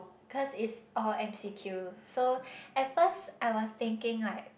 causes is all S_E_Q so at first I was thinking like